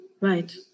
Right